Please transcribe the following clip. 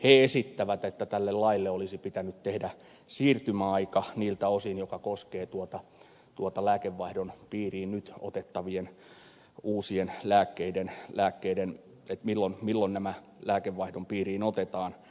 he esittävät että tälle laille olisi pitänyt tehdä siirtymäaika niiltä osin joka koskee tuota tuota lääkevaihdon piiriin nyt otettavien uusien lääkkeiden lääkkeiden milo milloin nämä uudet lääkkeet lääkevaihdon piiriin otetaan